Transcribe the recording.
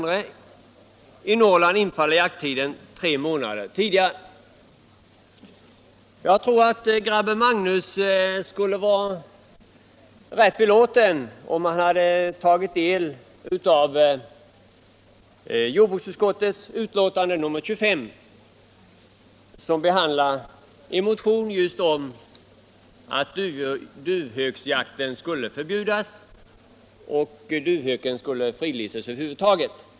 I Norrland infaller jakttiden tre månader tidigare.” Jag tror att grabben Magnus skulle ha varit rätt belåten om han hade tagit del av jordbruksutskottets betänkande nr 25, som behandlar bl.a.